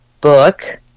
book